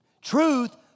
Truth